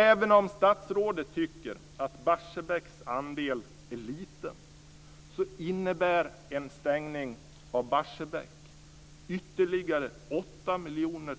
Även om statsrådet tycker att Barsebäcks andel är liten så innebär en stängning av Barsebäck ytterligare 4 000